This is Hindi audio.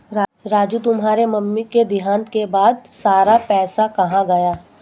राजू तुम्हारे मम्मी के देहांत के बाद सारा पैसा कहां गया?